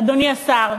אדוני השר,